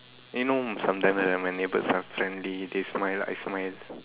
you know sometime when my neighbour suddenly they smile I smile